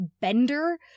bender